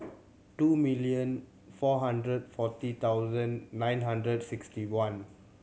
two million four hundred and forty thousand nine hundred sixty one